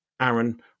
Aaron